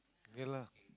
kay lah